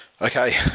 Okay